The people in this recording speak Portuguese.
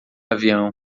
avião